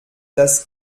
das